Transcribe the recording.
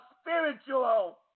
spiritual